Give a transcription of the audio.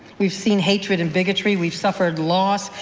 we've seen hatred and bigotry. we've suffered loss,